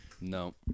No